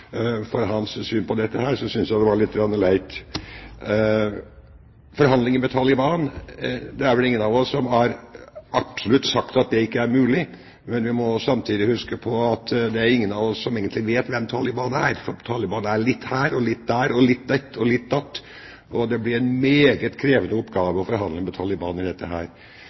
for hans syn på dette, syntes jeg det var litt leit. Forhandlinger med Taliban: Det er vel ingen av oss som har sagt at det absolutt ikke er mulig, men vi må samtidig huske på at ingen av oss egentlig vet hvem Taliban er, for Taliban er litt her og litt der og litt ditt og litt datt. Det blir en meget krevende oppgave å forhandle med Taliban i dette.